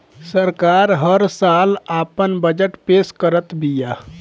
सरकार हल साल आपन बजट पेश करत बिया